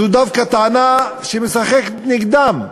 זו דווקא טענה שמשחקת נגדם.